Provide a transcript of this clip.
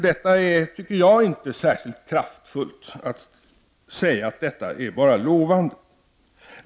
Jag tycker inte att det är särskilt kraftfullt att bara säga att detta är lovande.